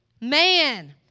Man